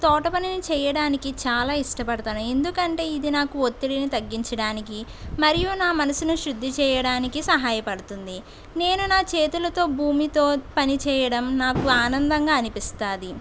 తోట పనిని చేయడానికి చాలా ఇష్టపడతాను ఎందుకంటే ఇది నాకు ఒత్తిడిని తగ్గించడానికి మరియు నా మనసును శుద్ధి చేయడానికి సహాయపడుతుంది నేను నా చేతులతో భూమితో పని చేయడం నాకు ఆనందంగా అనిపిస్తుంది